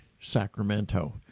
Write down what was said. sacramento